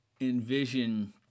envision